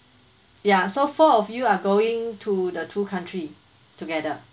ya so four of you are going to the two country together